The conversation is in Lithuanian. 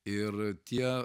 ir tie